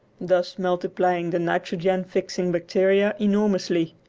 thus multiplying the nitrogen-fixing bacteria enormously.